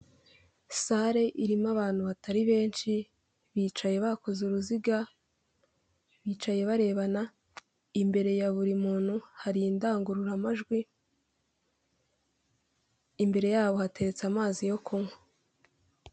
Sale irimo abantu batari benshi bicaye bakoze uruziga bicaye barebana imbere ya buri muntu hari indangururamajwi, imbere yabo hateretse amazi yo kunywa.